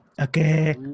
Okay